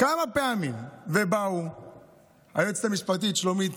כמה פעמים, ובאה היועצת המשפטית שלומית